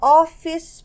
office